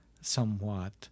somewhat